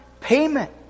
payment